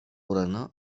oranı